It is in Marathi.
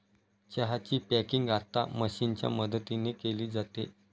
चहा ची पॅकिंग आता मशीनच्या मदतीने केली जाते